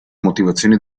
motivazioni